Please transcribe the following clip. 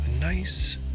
nice